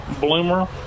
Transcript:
bloomer